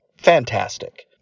Fantastic